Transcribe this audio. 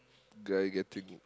guy getting